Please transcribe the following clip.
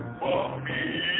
Mommy